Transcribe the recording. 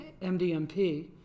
MDMP